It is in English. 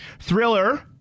Thriller